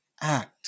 act